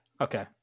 okay